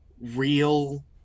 real